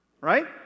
right